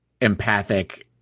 empathic